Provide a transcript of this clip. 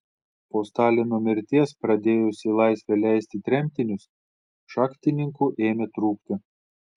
po stalino mirties pradėjus į laisvę leisti tremtinius šachtininkų ėmė trūkti